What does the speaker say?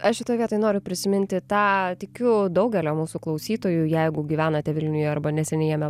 aš šitoj vietoj noriu prisiminti tą tikiu daugelio mūsų klausytojų jeigu gyvenate vilniuje arba neseniai jame